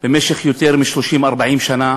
במשך יותר מ-40-30 שנה.